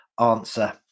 answer